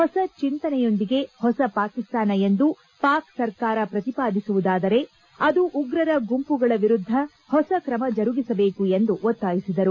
ಹೊಸ ಚಿಂತನೆಯೊಂದಿಗೆ ಹೊಸ ಪಾಕಿಸ್ತಾನ ಎಂದು ಪಾಕ್ ಸರ್ಕಾರ ಪ್ರತಿಪಾದಿಸುವುದಾದರೆ ಅದು ಉಗ್ರರ ಗುಂಪುಗಳ ವಿರುದ್ದ ಹೊಸ ಕ್ರಮ ಜರುಗಿಸಬೇಕು ಎಂದು ಒತ್ತಾಯಿಸಿದರು